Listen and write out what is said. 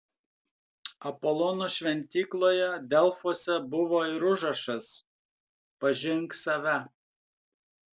apolono šventykloje delfuose buvo ir užrašas pažink save